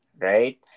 right